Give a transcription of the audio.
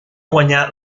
guanyà